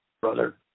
Brother